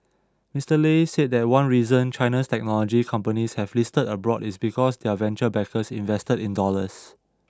Mister Lei said that one reason China's technology companies have listed abroad is because their venture backers invested in dollars